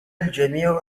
الجميع